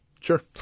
Sure